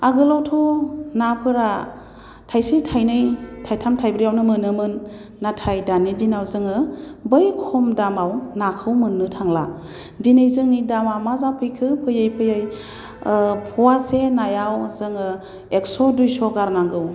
आगोलावथ' नाफोरा थाइसे थाइनै थाइथाम थाइब्रैआवनो मोनोमोन नाथाय दानि दिनाव जोङो बै खम दामाव नाखौ मोन्नो थांला दिनै जोंनि दामा मा जाफैखो फैयै फैयै फ'वासे नायाव जोङो एक्स' दुइस' गारनांगौ